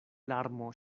larmo